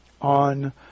on